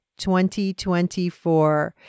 2024